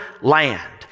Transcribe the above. land